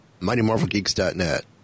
MightyMarvelGeeks.net